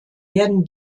werden